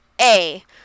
A-